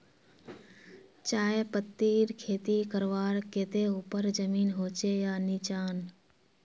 चाय पत्तीर खेती करवार केते ऊपर जमीन होचे या निचान?